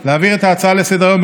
2021,